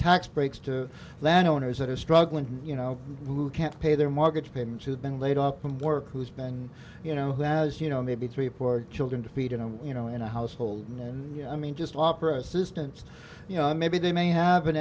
tax breaks to landowners that are struggling you know who can't pay their mortgage payments who have been laid off from work who's been you know as you know maybe three or four children to feed and you know in a household i mean just opera assistants you know maybe they may have an